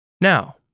Now